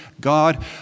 God